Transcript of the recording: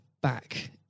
back